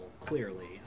clearly